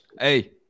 Hey